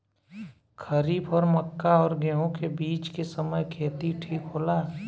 खरीफ और मक्का और गेंहू के बीच के समय खेती ठीक होला?